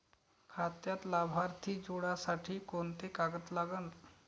खात्यात लाभार्थी जोडासाठी कोंते कागद लागन?